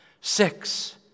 six